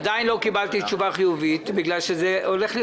עדיין לא קיבלתי תשובה חיובית בגלל שזה הולך להיות